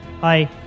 Hi